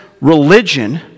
religion